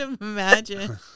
imagine